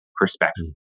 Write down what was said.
perspective